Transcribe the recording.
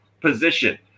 position